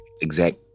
exact